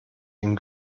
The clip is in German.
ihm